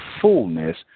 fullness